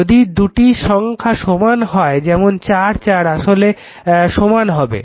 যদি দুটি সংখ্যাই সমান হয় যেমন 4 4 তাহলে সমান হবে